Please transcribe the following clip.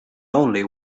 only